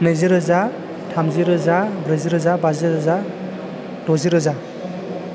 नैजि रोजा थामजि रोजा ब्रैजि रोजा बाजि रोजा द'जि रोजा